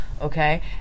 okay